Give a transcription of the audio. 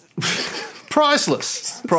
Priceless